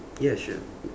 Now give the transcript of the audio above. ya sure